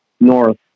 north